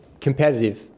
competitive